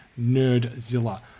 Nerdzilla